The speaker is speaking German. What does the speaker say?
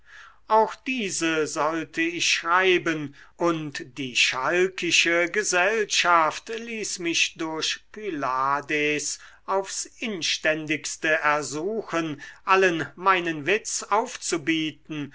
auch diese sollte ich schreiben und die schalkische gesellschaft ließ mich durch pylades aufs inständigste ersuchen allen meinen witz aufzubieten